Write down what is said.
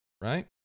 right